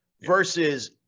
versus